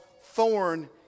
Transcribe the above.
thorn